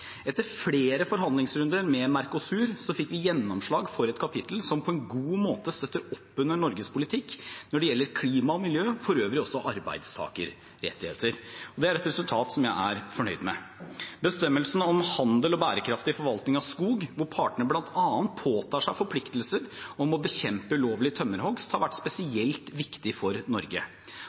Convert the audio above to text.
Etter flere forhandlingsrunder med Mercosur fikk vi gjennomslag for et kapittel som på en god måte støtter opp under Norges politikk når det gjelder klima og miljø, og for øvrig også arbeidstakerrettigheter. Det er et resultat som jeg er fornøyd med. Bestemmelsen om handel og bærekraftig forvaltning av skog, der partene bl.a. påtar seg forpliktelser til å bekjempe ulovlig tømmerhogst, har vært spesielt viktig for Norge.